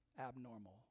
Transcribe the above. abnormal